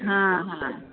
हां हां